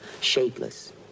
shapeless